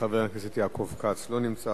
חבר הכנסת יעקב כץ, לא נמצא.